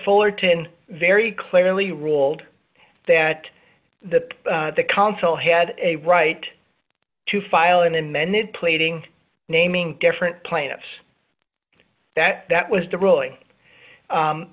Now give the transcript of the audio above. fullerton very clearly ruled that the the council had a right to file an amended plaiting naming different planets that that was the ruling